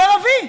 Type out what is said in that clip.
הוא ערבי,